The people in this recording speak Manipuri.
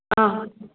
ꯑꯥ